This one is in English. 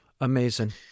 Amazing